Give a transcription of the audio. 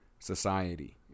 Society